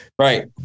right